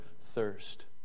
thirst